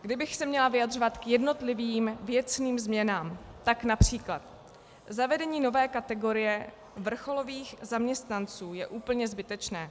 Kdybych se měla vyjadřovat k jednotlivým věcným změnám, tak například zavedení nové kategorie vrcholových zaměstnanců je úplně zbytečné.